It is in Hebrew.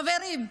חברים,